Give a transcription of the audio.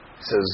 says